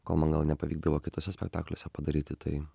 ko man gal nepavykdavo kituose spektakliuose padaryti tai